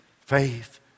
faith